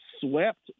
swept